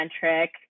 centric